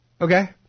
Okay